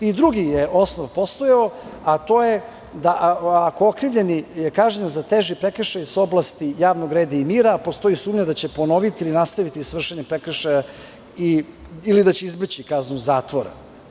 I drugi je osnov postojao, a to je ako okrivljeni je kažnjen za teži prekršaj iz oblasti javnog reda i mira, postoji sumnja da će ponoviti ili nastaviti s vršenjem prekršaja ili da će izbeći kaznu zatvora.